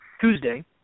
Tuesday